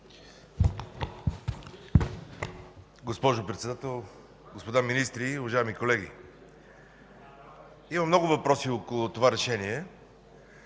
Госпожо Председател, господа министри, уважаеми колеги! Има много въпроси около това решение,